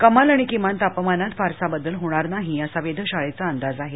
कमाल आणि किमान तापमानात फारसा बदल होणार नाही असा वेधशाळेचा अंदाज आहे